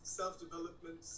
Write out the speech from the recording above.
self-development